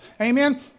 Amen